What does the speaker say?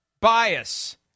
bias